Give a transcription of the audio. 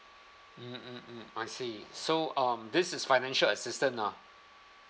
mm mm mm I see so um this is financial assistance ah